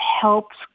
helps